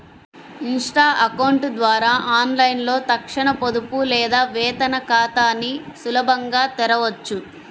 Insta account ద్వారా ఆన్లైన్లో తక్షణ పొదుపు లేదా వేతన ఖాతాని సులభంగా తెరవొచ్చు